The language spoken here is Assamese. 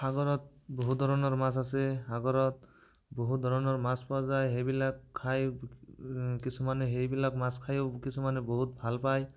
সাগৰত বহু ধৰণৰ মাছ আছে সাগৰত বহু ধৰণৰ মাছ পোৱা যায় সেইবিলাক খাই কিছুমানে সেইবিলাক মাছ খাইও কিছুমানে বহুত ভাল পায়